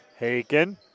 Haken